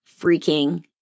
freaking